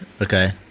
Okay